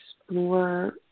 explore